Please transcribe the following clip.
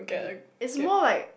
do it's more like